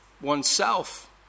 oneself